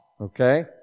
okay